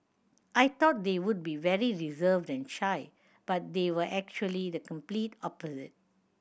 I thought they would be very reserved and shy but they were actually the complete opposite